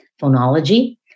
phonology